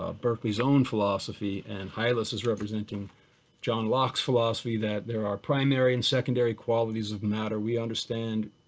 ah berkeley's own philosophy and hylas is representing john locke's philosophy that there are primary and secondary qualities of matter, we understand,